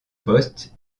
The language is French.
poste